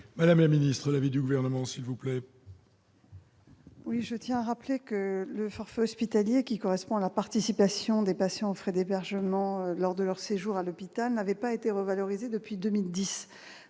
Quel est l'avis du Gouvernement ? Je tiens à le rappeler, le forfait hospitalier, qui correspond à la participation des patients aux frais d'hébergement lors de leur séjour à l'hôpital, n'a pas été revalorisé depuis 2010.